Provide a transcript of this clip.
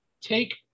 take